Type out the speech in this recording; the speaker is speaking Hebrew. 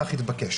כך התבקש.